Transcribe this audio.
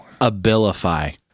abilify